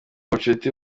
bucuti